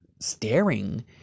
staring